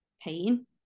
pain